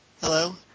Hello